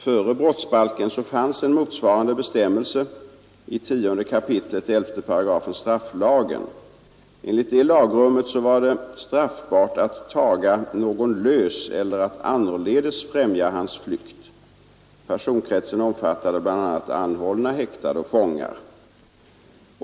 Före brottsbalken fanns en motsvarande bestämmelse i 10 kap. 11 8 strafflagen. Enligt det lagrummet var det straffbart att taga någon lös eller att annorledes främja hans flykt. Personkretsen innefattade bl.a. anhållna, häktade och fångar.